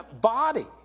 body